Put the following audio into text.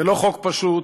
זה לא חוק פשוט,